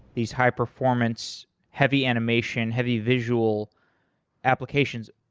these high-performance heavy animation, heavy visual applications,